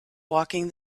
walking